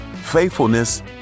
faithfulness